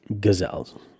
gazelles